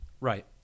Right